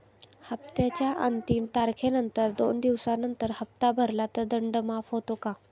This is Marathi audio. हप्त्याच्या अंतिम तारखेनंतर दोन दिवसानंतर हप्ता भरला तर दंड माफ होतो का?